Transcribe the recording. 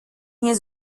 hier